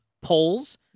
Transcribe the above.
polls